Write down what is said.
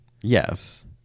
yes